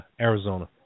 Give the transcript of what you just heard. Arizona